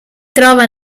trova